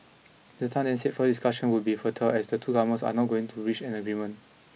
Mister Tan then said further discussion would be fertile as the two governments are not going to reach an agreement